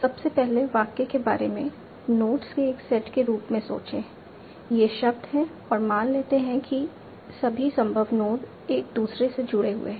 सबसे पहले वाक्य के बारे में नोड्स के एक सेट के रूप में सोचें ये शब्द हैं और मान लेते हैं कि सभी संभव नोड एक दूसरे से जुड़े हुए हैं